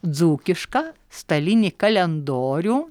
dzūkišką stalinį kalendorių